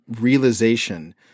realization